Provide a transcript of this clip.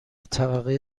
طبقه